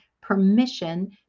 permission